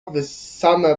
wyssana